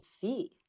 see